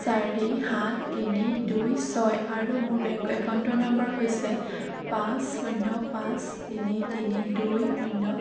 চাৰি সাত তিনি দুই ছয় আৰু মোৰ বেংক একাউণ্টৰ নম্বৰ হৈছে পাঁচ শূন্য পাঁচ তিনি তিনি দুই শূন্য